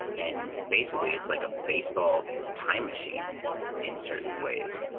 and basically, it's like a baseball time machine in certain ways.